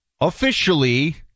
officially